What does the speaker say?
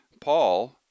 Paul